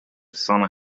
son